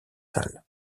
salles